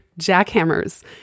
jackhammers